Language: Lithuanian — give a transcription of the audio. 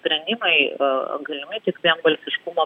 srendimai galimi tik vienbalsiškumo